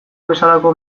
bezalako